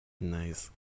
Nice